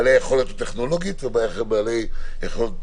בעלי יכולת טכנולוגית ובעלי פחות יכולת